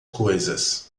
coisas